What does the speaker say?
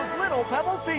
little